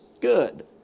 Good